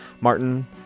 Martin